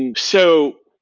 and so,